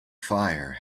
fire